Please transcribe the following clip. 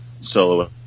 solo